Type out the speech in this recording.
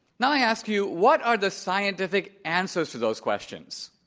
now i ask you, what are the scientific answers to those questions?